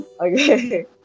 Okay